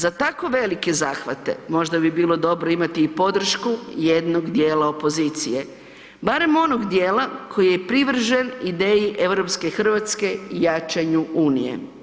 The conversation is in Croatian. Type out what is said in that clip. Za tako velike zahvate možda bi bilo dobro imati i podršku jednog dijela opozicije, barem onog dijela koji je privržen ideji europske Hrvatske i jačanju unije.